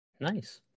Nice